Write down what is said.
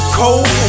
cold